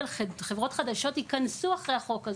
חברות חדשות ייכנסו אחרי החוק הזה,